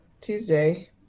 Tuesday